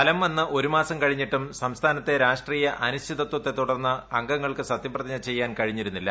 ഫലം വന്ന് ഒരു മാസം കഴിഞ്ഞിട്ടൂം സംസ്ഥാനത്തെ രാഷ്ട്രീയ അനിശ്ചിതത്തെ തുടർന്ന് അട്ട്ഗങ്ങൾക്ക് സത്യപ്രതിജ്ഞ ചെയ്യാൻ കഴിഞ്ഞിരുന്നില്ല